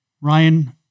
Ryan